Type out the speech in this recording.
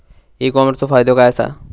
E कॉमर्सचो फायदो काय असा?